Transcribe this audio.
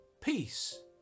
peace